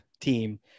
team